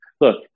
look